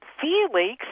Felix